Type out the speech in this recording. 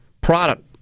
product